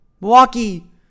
Milwaukee